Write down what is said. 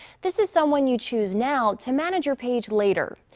this is someone you choose now to manage your page later.